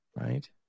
right